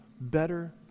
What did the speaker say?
better